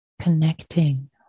Connecting